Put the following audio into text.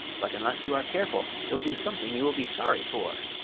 but unless you are careful you'll do something you will be sorry for.